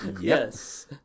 yes